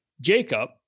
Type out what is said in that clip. Jacob